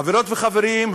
חברות וחברים,